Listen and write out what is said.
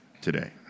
today